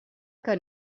que